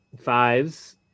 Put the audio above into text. fives